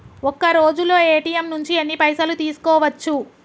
ఒక్కరోజులో ఏ.టి.ఎమ్ నుంచి ఎన్ని పైసలు తీసుకోవచ్చు?